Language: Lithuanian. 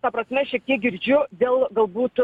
ta prasme šiek tiek girdžiu dėl galbūt